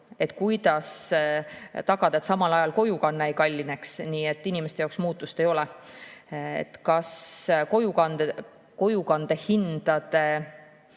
Kuidas tagada, et samal ajal kojukanne ei kallineks, nii et inimeste jaoks muutust ei oleks? Kas kojukande hindade